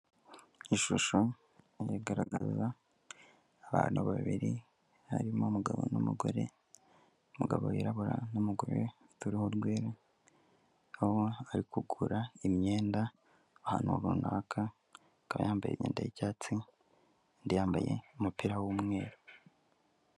Ishusho igaragaza abantu babiri, harimo umugabo n'umugore, umugabo wirabura n'umugore ufite uruhu rwera, aho bari kugura imyenda ahantu runaka, akaba yambaye imyenda y'icyatsi, undi yambaye umupira w'umweru.